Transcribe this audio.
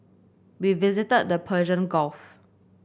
we visited the Persian Gulf